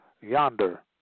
yonder